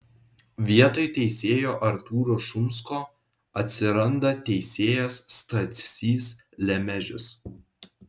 vietoj teisėjo artūro šumsko atsiranda teisėjas stasys lemežis